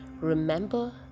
Remember